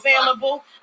available